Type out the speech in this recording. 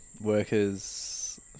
workers